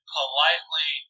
politely